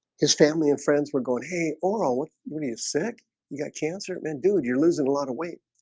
his family and friends were going hey oral when he is sick he got cancer man, dude, you're losing a lot of weight